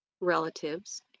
relatives